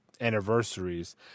anniversaries